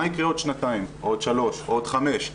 מה יקרה עוד שנתיים או עוד שלוש או עוד חמש שנים,